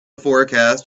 forecast